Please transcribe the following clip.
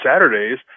Saturdays